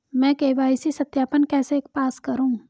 मैं के.वाई.सी सत्यापन कैसे पास करूँ?